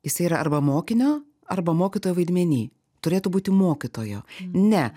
jisai yra arba mokinio arba mokytojo vaidmeny turėtų būti mokytojo ne